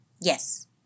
Yes